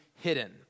hidden